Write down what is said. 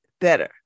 Better